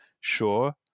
sure